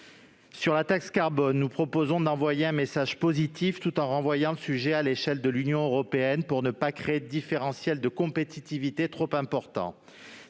la taxe carbone, nous proposons d'adresser un message positif, tout en renvoyant le sujet à l'échelle de l'Union européenne pour ne pas créer un différentiel de compétitivité trop important.